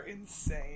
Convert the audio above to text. insane